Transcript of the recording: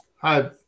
hi